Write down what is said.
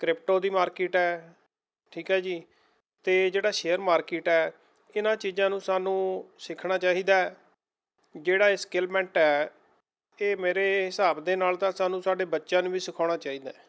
crypto ਦੀ market ਹੈ ਠੀਕ ਹੈ ਜੀ ਅਤੇ ਜਿਹੜਾ ਸ਼ੇਅਰ ਮਾਰਕਿਟ ਹੈ ਇਹਨਾਂ ਚੀਜ਼ਾਂ ਨੂੰ ਸਾਨੂੰ ਸਿੱਖਣਾ ਚਾਹੀਦਾ ਜਿਹੜਾ ਇਹ ਸਕਿੱਲਮੈਂਟ ਹੈ ਇਹ ਮੇਰੇ ਹਿਸਾਬ ਦੇ ਨਾਲ਼ ਤਾਂ ਸਾਨੂੰ ਸਾਡੇ ਬੱਚਿਆਂ ਨੂੰ ਵੀ ਸਿਖਾਉਣਾ ਚਾਹੀਦਾ ਹੈ